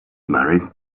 married